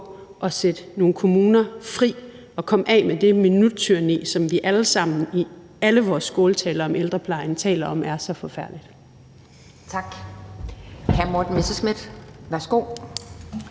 at sætte nogle kommuner fri og komme af med det minuttyranni, som vi alle sammen i alle vores skåltaler om ældreplejen taler om er så forfærdeligt. Kl. 10:52 Anden næstformand